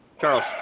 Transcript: Charles